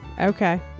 okay